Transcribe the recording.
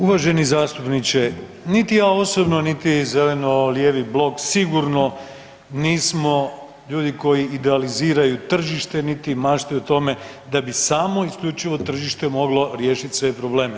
Uvaženi zastupniče, niti ja osobno niti Zeleno-lijevi blok sigurno nismo ljudi koji idealiziraju tržište niti maštaju o tome da bi samo isključivo tržište moglo riješit sve probleme.